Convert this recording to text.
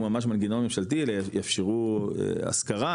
ממש מנגנון ממשלתי אלא יאפשרו השכרה,